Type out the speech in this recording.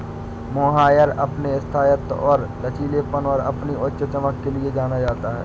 mohair अपने स्थायित्व और लचीलेपन और अपनी उच्च चमक के लिए जाना जाता है